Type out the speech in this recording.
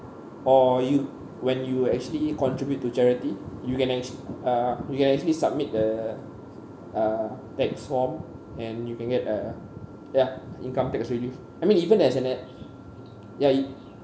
or you when you actually contribute to charity you can actually uh you can actually submit a uh tax form and you can get uh ya income tax relief I mean even as an a~ ya you